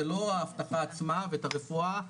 זה לא האבטחה עצמה ואת הרפואה,